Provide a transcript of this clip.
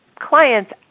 clients